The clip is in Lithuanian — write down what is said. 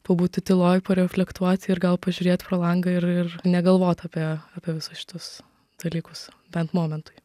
pabūti tyloj pareflektuoti ir gal pažiūrėt pro langą ir ir negalvot apie apie visus šituos dalykus bent momentui